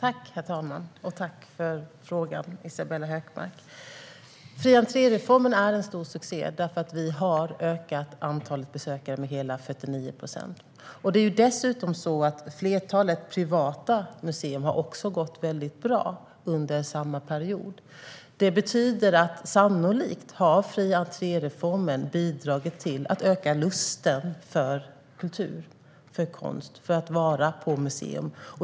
Herr talman! Tack, Isabella Hökmark, för frågan! Fri-entré-reformen är en stor succé; vi har ökat antalet besökare med hela 49 procent. Dessutom har flertalet privata museer gått väldigt bra under samma period. Detta betyder att fri-entré-reformen sannolikt har bidragit till att öka lusten för kultur och konst och för att vara på museum.